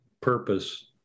purpose